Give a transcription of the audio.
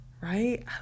right